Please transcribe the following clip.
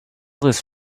this